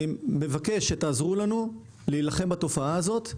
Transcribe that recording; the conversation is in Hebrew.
אני מבקש שתעזרו לנו להילחם בתופעה הזאת.